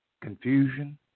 confusion